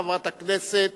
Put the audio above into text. חברת הכנסת